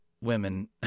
women